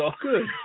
Good